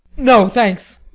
no, thanks.